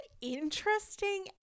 interesting